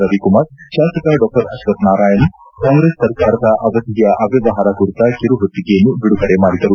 ರವಿಕುಮಾರ್ ಶಾಸಕ ಡಾ ಅಶ್ವಥ್ ನಾರಾಯಣ ಕಾಂಗ್ರೆಸ್ ಸರ್ಕಾರದ ಅವಧಿಯ ಅವ್ಯವಹಾರ ಕುರಿತ ಕಿರುಹೊತ್ತಿಗೆಯನ್ನು ಬಿಡುಗಡೆ ಮಾಡಿದರು